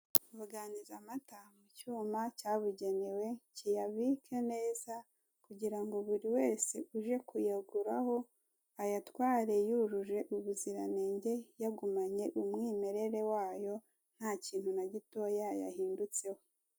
Buganiza amata mu cyuma cyabugenewe kiyabike neza, kugira ngo buri wese uje kuyagura ho ayatware yujuje ubuziranenge, yagumanye umwimerere wayo nta kintu na gitoya yahindutseho.